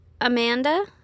Amanda